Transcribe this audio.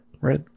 right